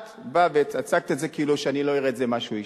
את הצגת את זה כאילו שלא אראה את זה משהו אישי.